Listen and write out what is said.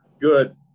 Good